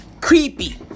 Creepy